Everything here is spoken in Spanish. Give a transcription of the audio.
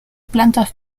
plantas